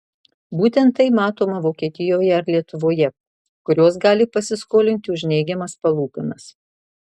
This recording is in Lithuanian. būtent tai matoma vokietijoje ar lietuvoje kurios gali pasiskolinti už neigiamas palūkanas